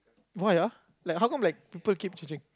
why ah like how how come like people keep changing